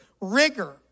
rigor